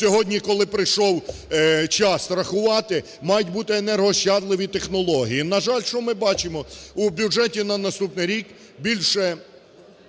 Сьогодні, коли прийшов час рахувати, мають бути енергоощадливі технології. На жаль, що ми бачимо? У бюджеті на наступний рік більше